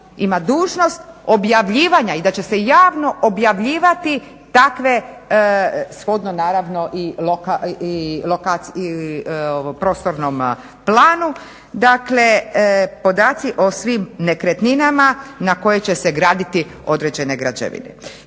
ima dužnost objavljivanja i da će se javno objavljivati takve shodno naravno i prostornom planu, dakle podaci o svim nekretninama na koje će se graditi određene građevine.